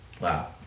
Wow